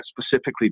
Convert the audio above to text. specifically